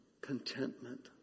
contentment